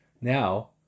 now